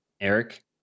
Eric